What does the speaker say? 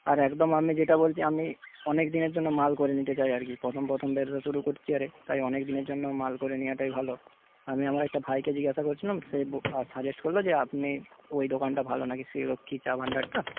আর একদম আমি যেটা বলছি আমি অনেকদিনের জন্য মাল করে নিতে চাই আর কি প্রথম প্রথম ব্যবসা শুরু করছি তাই অনেকদিনের জন্য মাল করে নেওয়াটাই ভালো আমি আমার একটা ভাইকে জিজ্ঞাসা করছিলাম সে সাজেস্ট করল যে আপনি ওই দোকানটা ভালো নাকি শ্রীলক্ষ্মী চা ভাণ্ডারটা